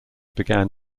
began